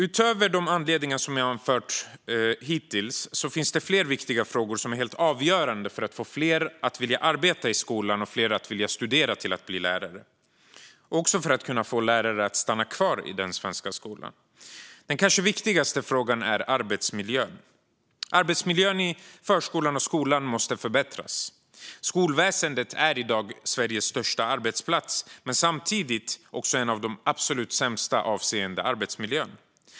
Utöver det som jag hittills anfört finns det fler viktiga frågor som är helt avgörande för att få fler att vilja arbeta i skolan och fler att vilja studera till att bli lärare, och också för att kunna få lärare att stanna kvar i den svenska skolan. Den kanske viktigaste frågan är arbetsmiljön. Arbetsmiljön i förskolan och skolan måste förbättras. Skolväsendet är i dag Sveriges största arbetsplats men samtidigt också en av de absolut sämsta avseende arbetsmiljön.